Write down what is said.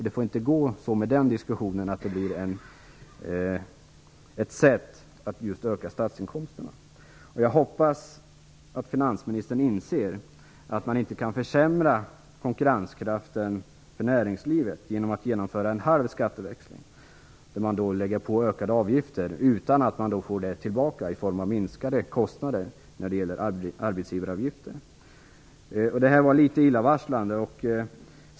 Det får inte bli så att diskussionen går ut på att öka statsinkomsterna. Jag hoppas att finansministern inser att man inte kan försämra konkurrenskraften för näringslivet genom att genomföra en halv skatteväxling, där näringslivet åläggs ökade avgifter utan att man får det tillbaka i form av minskade kostnader för arbetsgivaravgifter. Där är det litet illavarslande.